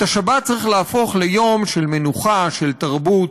את השבת צריך להפוך ליום של מנוחה, של תרבות,